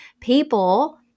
people